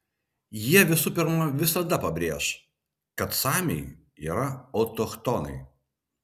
jie visų pirma visada pabrėš kad samiai yra autochtonai